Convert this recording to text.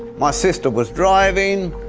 my sister was driving.